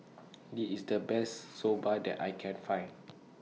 This IS The Best Soba that I Can Find